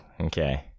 Okay